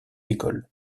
écoles